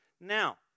Now